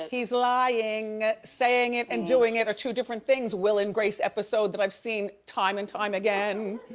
he's lying, saying it and doing it are two different things will and grace episode that i've seen time and time again.